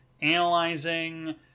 analyzing